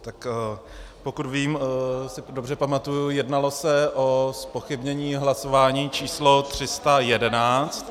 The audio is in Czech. Tak pokud vím, si dobře pamatuji, jednalo se o zpochybnění hlasování číslo 311.